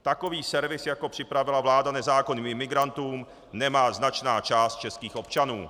Takový servis, jako připravila vláda nezákonným imigrantům, nemá značná část českých občanů.